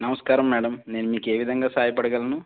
నమస్కారం మ్యాడం నేను మీకు ఏ విధంగా సహాయపడగలను